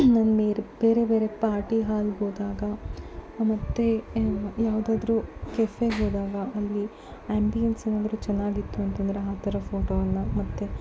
ಬೇರೆ ಬೇರೆ ಪಾರ್ಟಿ ಹಾಲ್ಗೆ ಹೋದಾಗ ಮತ್ತೆ ಯಾವುದಾದ್ರು ಕೆಫೆಗೆ ಹೋದಾಗ ಅಲ್ಲಿ ಎಂಬಿಯನ್ಸ್ ಏನಾದ್ರೂ ಚೆನ್ನಾಗಿತ್ತು ಅಂತಂದರೆ ಆ ಥರ ಫೋಟೋ ಎಲ್ಲ ಮತ್ತೆ